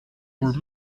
were